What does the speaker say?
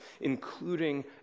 including